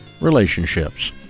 relationships